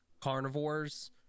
carnivores